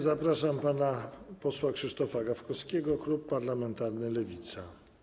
Zapraszam pana posła Krzysztofa Gawkowskiego, klub parlamentarny Lewica.